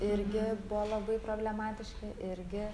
irgi buvo labai problematiški irgi